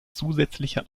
zusätzliche